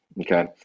Okay